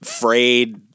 frayed